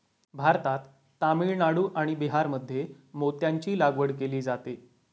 भारतात तामिळनाडू आणि बिहारमध्ये मोत्यांची लागवड केली जाते